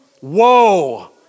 whoa